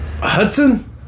Hudson